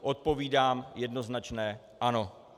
Odpovídám jednoznačné ano.